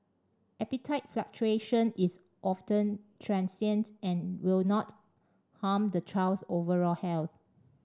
appetite fluctuation is often transient and will not harm the child's overall health